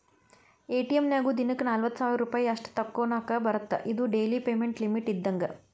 ATM ನ್ಯಾಗು ದಿನಕ್ಕ ನಲವತ್ತ ಸಾವಿರ್ ರೂಪಾಯಿ ಅಷ್ಟ ತೋಕೋನಾಕಾ ಬರತ್ತಾ ಇದು ಡೆಲಿ ಪೇಮೆಂಟ್ ಲಿಮಿಟ್ ಇದ್ದಂಗ